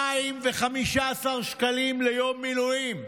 215 ש"ח ליום מילואים.